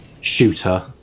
shooter